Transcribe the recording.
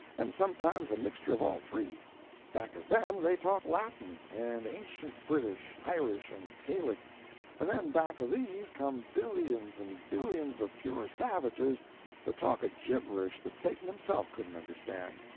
and sometimes a mixture of all three back of them, they talk latin, and ancient british, irish, and gaelic and then back of these come billions and billions of pure savages that talk a gibberish that satan himself couldn't understand.